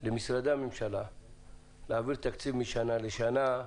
למשרדי הממשלה להעביר תקציב משנה לשנה,